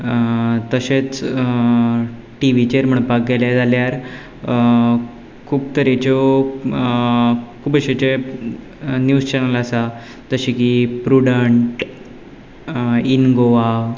तशेंच टिवीचेर म्हणपाक गेले जाल्यार खूब तरेच्यो खूब भशेचे निव्ज चॅनल आसा जशें की प्रुडंट इन गोवा